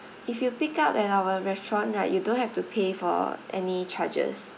if you pick up at our restaurant right you don't have to pay for any charges